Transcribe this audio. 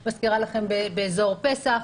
אני מזכירה לכם באזור פסח.